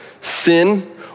Sin